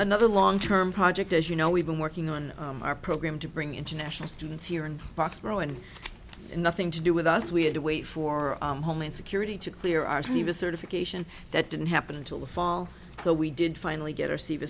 another long term project as you know we've been working on our program to bring international students here in foxboro and nothing to do with us we had to wait for homeland security to clear our city of a certification that didn't happen until the fall so we did finally get